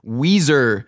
Weezer